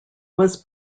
was